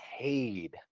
paid